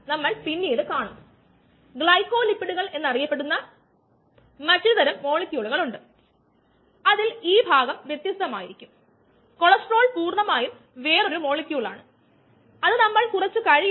ഇവിടെ Michaelis Menten enzyme പ്രതിപ്രവർത്തനത്തിന്റെ നിരക്ക് മൈക്കിളിസ് മെന്റൻ രൂപത്തിൽ നടക്കുന്ന എൻസൈം പ്രതിപ്രവർത്തനം വീണ്ടും സബ്സ്ട്രേറ്റ് സാന്ദ്രത എന്നിങ്ങനെ